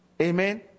Amen